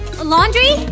laundry